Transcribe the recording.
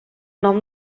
nom